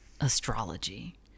astrology